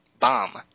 bomb